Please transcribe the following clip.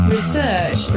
Research